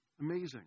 amazing